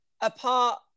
apart